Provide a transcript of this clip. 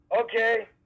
Okay